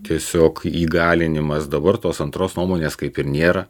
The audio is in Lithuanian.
tiesiog įgalinimas dabar tos antros nuomonės kaip ir nėra